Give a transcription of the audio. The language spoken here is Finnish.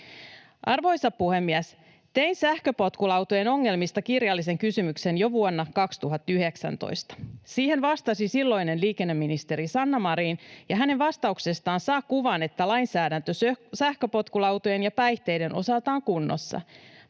Arvoisa puhemies! Tein sähköpotkulautojen ongelmista kirjallisen kysymyksen jo vuonna 2019. Siihen vastasi silloinen liikenneministeri Sanna Marin, ja hänen vastauksestaan saa kuvan, että lainsäädäntö sähköpotkulautojen ja päihteiden osalta on kunnossa.